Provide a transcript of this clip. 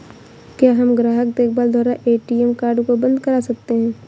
क्या हम ग्राहक देखभाल द्वारा ए.टी.एम कार्ड को बंद करा सकते हैं?